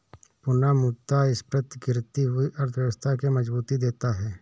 पुनःमुद्रस्फीति गिरती हुई अर्थव्यवस्था के मजबूती देता है